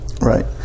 Right